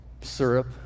syrup